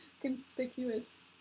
conspicuous